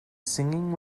singing